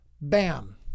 bam